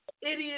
idiot